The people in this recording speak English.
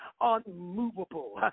unmovable